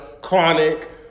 chronic